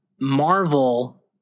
Marvel